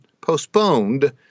postponed